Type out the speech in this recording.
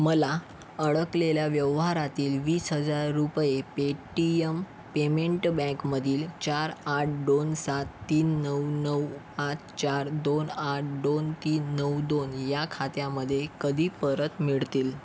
मला अडकलेल्या व्यवहारातील वीस हजार रुपये पेटीयम पेमेंट बँकमधील चार आठ दोन सात तीन नऊ नऊ आठ चार दोन आठ दोन तीन नऊ दोन या खात्यामध्ये कधी परत मिळतील